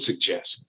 suggest